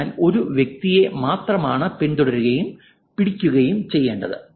അതിനാൽ ഒരു വ്യക്തിയെ മാത്രമാണ് പിന്തുടരുകയും പിടിക്കുകയും ചെയ്യേണ്ടത്